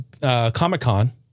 Comic-Con